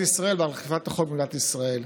ישראל ולאכיפת החוק במדינת ישראל.